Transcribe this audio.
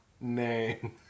name